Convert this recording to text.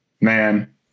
man